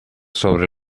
sobre